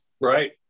Right